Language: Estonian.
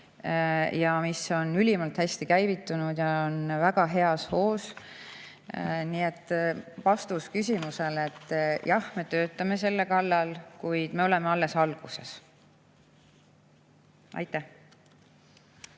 ja on ülimalt hästi käivitunud ja väga heas hoos. Nii et vastus küsimusele: jah, me töötame selle kallal, kuid me oleme alles alguses. Suur